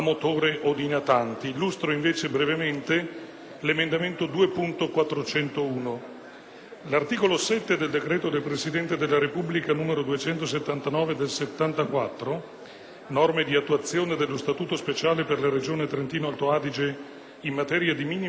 l'emendamento 2.401. L'articolo 7 del decreto del Presidente della Repubblica n. 279 del 1974, recante norme di attuazione dello Statuto speciale per la Regione Trentino-Alto Adige in materia di minime proprietà colturali, caccia e pesca, agricoltura e foreste,